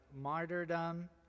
martyrdom